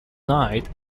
night